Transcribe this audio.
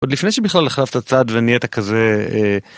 עוד לפני שבכלל החלפת צד ונהיית כזה.